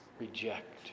Reject